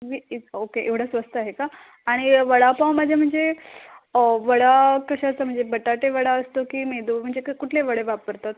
वीस ओके एवढा स्वस्त आहे का आणि वडापावमध्ये म्हणजे वडा कशाचा म्हणजे बटाटेवडा असतो की मेदू म्हणजे कं कुठले वडे वापरतात